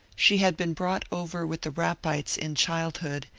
she had been brought over with the rappites in childhood,